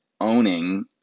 owning